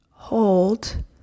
hold